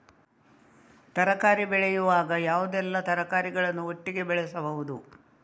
ತರಕಾರಿ ಬೆಳೆಯುವಾಗ ಯಾವುದೆಲ್ಲ ತರಕಾರಿಗಳನ್ನು ಒಟ್ಟಿಗೆ ಬೆಳೆಸಬಹುದು?